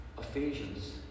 Ephesians